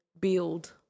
build